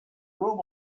room